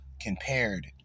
compared